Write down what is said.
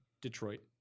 Detroit